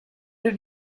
did